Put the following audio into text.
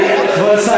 כבוד השר,